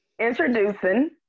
Introducing